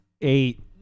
eight